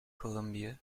colombia